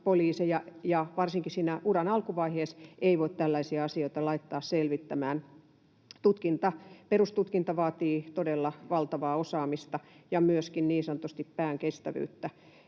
poliiseja ja varsinkaan siinä uran alkuvaiheessa ei voi laittaa selvittämään tällaisia asioita. Perustutkinta vaatii todella valtavaa osaamista ja myöskin niin sanotusti pään kestävyyttä.